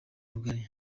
rugari